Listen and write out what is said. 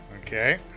Okay